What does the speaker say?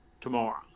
tomorrow